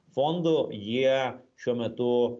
fondu jie šiuo metu